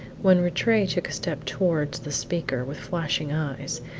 when rattray took a step towards the speaker, with flashing eyes,